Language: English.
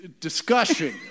discussion